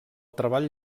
treball